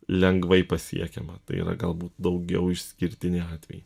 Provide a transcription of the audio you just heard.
lengvai pasiekiama tai yra galbūt daugiau išskirtiniai atvejai